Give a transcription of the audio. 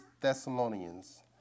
Thessalonians